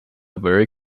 very